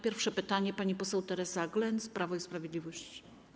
Pierwsze pytanie zada pani poseł Teresa Glenc, Prawo i Sprawiedliwość.